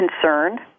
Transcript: concerned